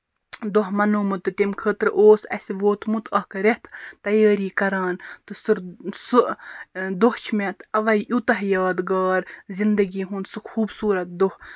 دۄہ مَناومُت تہٕ تَمہِ خٲطرٕ اوس اَسہِ ووٚتمُت اکھ ریٚتھ تَیٲری کران تہٕ سُہ سُہ دۄہ چھُ مےٚ اَوے یوٗتاہ یادگار زِنٛدگی ہُنٛد سُہ خوٗبصوٗرتھ دۄہ